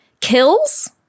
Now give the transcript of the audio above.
Kills